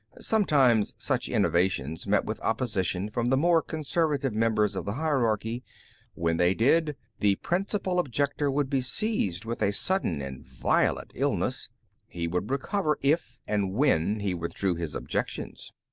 sometimes such innovations met with opposition from the more conservative members of the hierarchy when they did, the principal objector would be seized with a sudden and violent illness he would recover if and when he withdrew his objections.